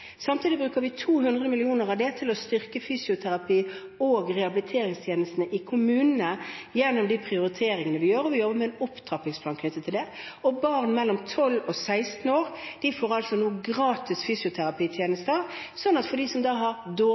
Samtidig bruker vi 200 mill. kr av det til å styrke fysioterapi- og rehabiliteringstjenestene i kommunene gjennom de prioriteringene vi gjør, og vi ordner med en opptrappingsplan knyttet til det. Barn mellom 12 og 16 år får nå gratis fysioterapitjenester, slik at det for dem som har dårlig